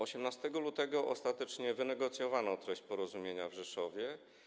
18 lutego ostatecznie wynegocjowano treść porozumienia w Rzeszowie.